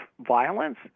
violence